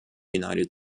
united